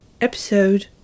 Episode